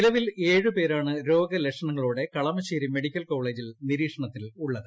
നിലവിൽ ഏഴ് പേരാണ് രോഗ ലക്ഷണങ്ങളോടെ കളമശ്ശേരി മെഡിക്കൽ കോളേജിൽ നിരീക്ഷണത്തിലുള്ളത്